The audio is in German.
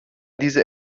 diese